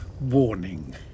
warning